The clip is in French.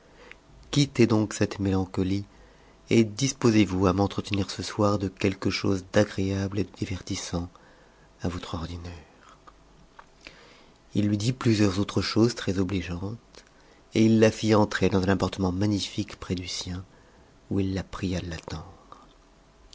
quittez donc cette mélancolie et disposez vous à m'entretenir ce soir de quelque chose d'agréable et de divertissant à votre ordinaire il lui dit plusieurs autres choses très obligeantes et il la fit entrer dans un appartement magnifique près du sien où il la pria de l'attendre